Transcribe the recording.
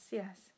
yes